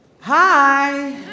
hi